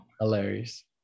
Hilarious